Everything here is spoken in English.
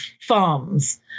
farms